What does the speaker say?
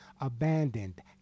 abandoned